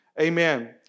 Amen